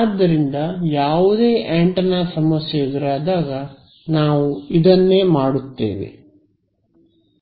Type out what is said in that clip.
ಆದ್ದರಿಂದ ಯಾವುದೇ ಆಂಟೆನಾ ಸಮಸ್ಯೆ ಎದುರಾದಾಗ ನಾವು ಇದನ್ನೇ ಮಾಡುತ್ತೇವೆ